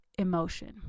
emotion